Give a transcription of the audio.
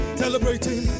celebrating